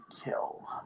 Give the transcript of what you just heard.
kill